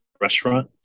restaurant